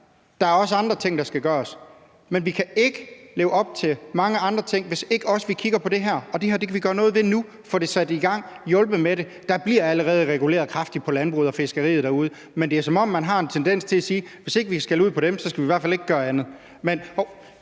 at der også er andre ting, der skal gøres, men vi kan ikke leve op til at gøre mange andre ting, hvis ikke vi også kigger på det her, og det her kan vi gøre noget ved nu. Vi kan få sat det i gang og hjulpet med til det. Der bliver allerede reguleret kraftigt i landbruget og fiskeriet derude, men det er, som om man har en tendens til at sige: Hvis ikke vi kan skælde ud på dem, skal vi i hvert fald ikke gøre andet.